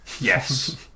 Yes